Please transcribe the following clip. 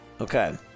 Okay